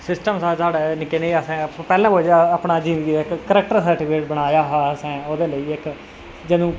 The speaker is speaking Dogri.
सिस्टम हा साढ़े निक्के नेहे अस ते पैह्लें पुज्ज जिंदगी दा इक्क करैक्टर सर्टीफिकरेट बनाया हा ओह्दे लेई असें इक्क जदूं